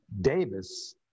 Davis